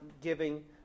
giving